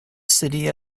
city